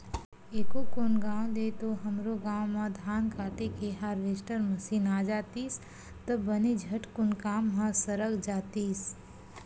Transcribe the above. एसो कोन गाँव ले तो हमरो गाँव म धान काटे के हारवेस्टर मसीन आ जातिस त बने झटकुन काम ह सरक जातिस